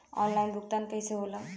Online भुगतान कईसे होला?